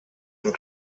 and